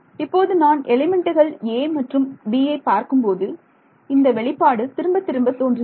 இப்போது நான் எலிமெண்ட்டுகள் 'a' மற்றும் 'b' பார்க்கும்போது இந்த வெளிப்பாடு திரும்பத் திரும்ப தோன்றுகிறது